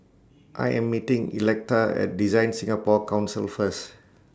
I Am meeting Electa At DesignSingapore Council First